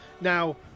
Now